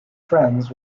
friends